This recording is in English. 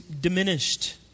diminished